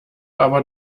aber